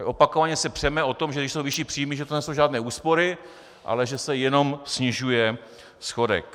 Opakovaně se přeme o tom, že když jsou vyšší příjmy, že to nejsou žádné úspory, ale že se jenom snižuje schodek.